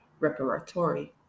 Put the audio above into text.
reparatory